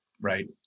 right